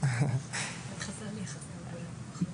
ולכן